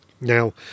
Now